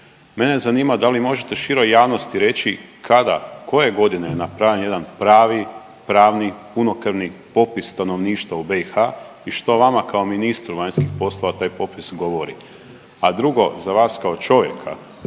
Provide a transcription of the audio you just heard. Mene zanima da li možete široj javnosti reći kada, koje godine je napravljen jedan pravi, pravni, punokrvni popis stanovništva u BiH i što vama kao ministru vanjskih poslova taj popis govori? A drugo, za vas kao čovjeka